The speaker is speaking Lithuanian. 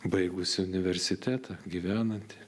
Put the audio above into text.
baigusi universitetą gyvenanti